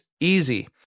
easy